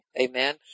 Amen